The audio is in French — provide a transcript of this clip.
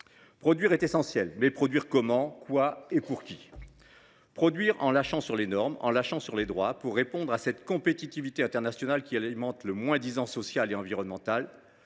produire, encore faut il savoir comment, quoi et pour qui. Devons nous produire en lâchant sur les normes et sur les droits, pour répondre à cette compétitivité internationale qui alimente le moins disant social et environnemental,